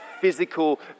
physical